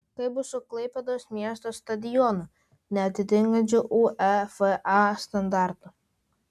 kaip bus su klaipėdos miesto stadionu neatitinkančiu uefa standartų